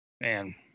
Man